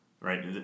Right